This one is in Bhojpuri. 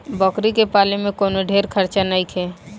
बकरी के पाले में कवनो ढेर खर्चा नईखे